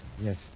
Yes